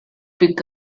pick